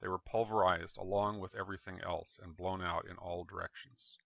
they were pulverized along with everything else and blown out in all directions